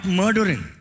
murdering